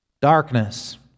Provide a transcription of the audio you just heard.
Darkness